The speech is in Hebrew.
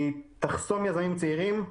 היא תחסום יזמים צעירים.